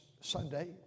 Sunday